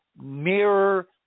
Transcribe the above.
mirror